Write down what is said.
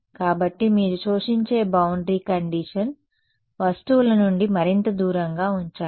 కాబట్టి మీరు శోషించే బౌండరీ కండిషన్ వస్తువుల నుండి మరింత దూరంగా ఉంచాలి